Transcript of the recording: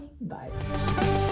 Bye